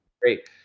great